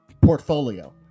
portfolio